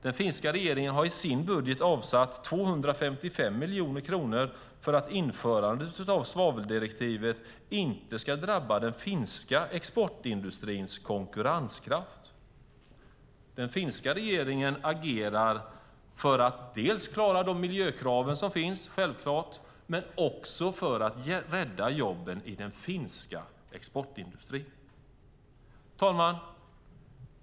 Den finska regeringen har i sin budget avsatt 255 miljoner kronor för att införandet av svaveldirektivet inte ska drabba den finska exportindustrins konkurrenskraft. Den finska regeringen agerar dels självklart för att klara de miljökrav som finns, dels för att rädda jobben i den finska exportindustrin. Herr talman!